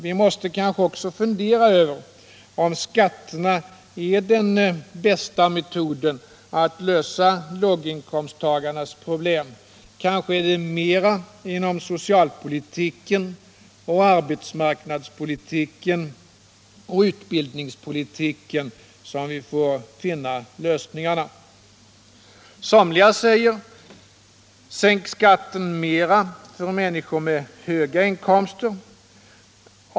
Vi måste kanske också fundera över om skatterna är den bästa metoden att lösa låginkomsttagarnas problem. Kanske är det mer inom socialpolitiken, arbetsmarknadspolitiken och utbildningspolitiken som vi skall söka finna lösningarna. Somliga säger: Sänk skatten mera för människor med höga inkomster!